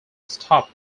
stop